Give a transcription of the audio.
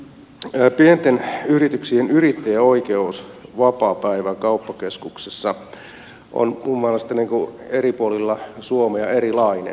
mutta tämä pienten yrityksien yrittäjän oikeus vapaapäivään kauppakeskuksessa on kummallisesti eri puolilla suomea erilainen